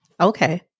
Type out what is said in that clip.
Okay